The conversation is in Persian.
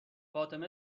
فاطمه